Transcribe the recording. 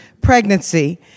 pregnancy